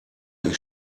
ich